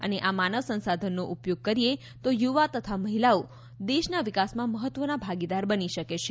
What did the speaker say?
અને આ માનવ સંશાધનનો ઉપયોગ કરીએ તો યુવા તથા મહિલાઓ દેશના વિકાસમાં મહત્વના ભાગીદાર બની શકે છે